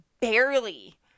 barely